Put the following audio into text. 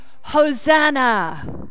Hosanna